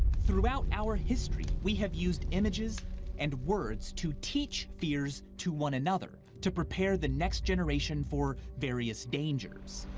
throughout our history, we have used images and words to teach fears to one another, to prepare the next generation for various dangers.